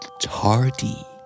tardy